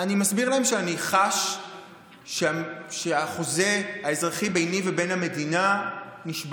אני מסביר להם שאני חש שהחוזה האזרחי ביני ובין המדינה נשבר.